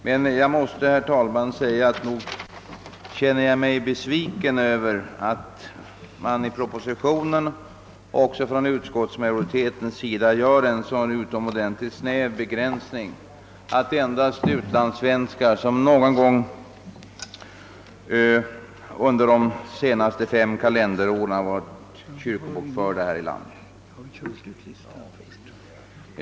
Men jag måste, herr talman, säga att nog känner jag mig besviken över att det i propositionen — och även i utskottsutlåtandet av utskottsmajoriteten — görs en så utomordentligt snäv begränsning, att förslaget endast omfattar de utlandssvenskar som någon gång under de senaste fem kalenderåren har varit kyrkobokförda här i landet.